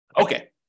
Okay